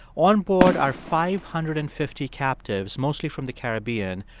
on board are five hundred and fifty captives, mostly from the caribbean.